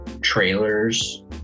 trailers